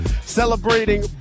celebrating